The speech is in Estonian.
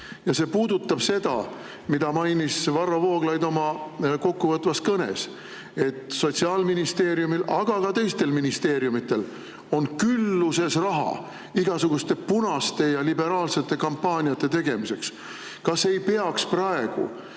See puudutab seda, mida mainis Varro Vooglaid oma kokkuvõtvas kõnes: et Sotsiaalministeeriumil, aga ka teistel ministeeriumidel on külluses raha igasuguste punaste ja liberaalsete kampaaniate tegemiseks. Kas ei peaks praegu